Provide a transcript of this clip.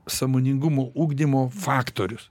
sąmoningumo ugdymo faktorius